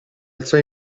alzò